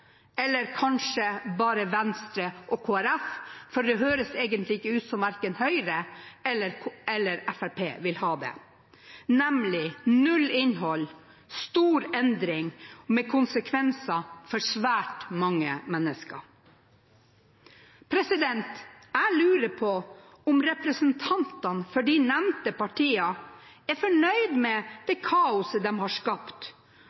eller kanskje bare Venstre og Kristelig Folkeparti, for det høres egentlig ikke ut som verken Høyre eller Fremskrittspartiet vil ha det – nemlig null innhold, stor endring og med konsekvenser for svært mange mennesker. Jeg lurer på om representantene for de nevnte partiene er fornøyd med det kaoset de har skapt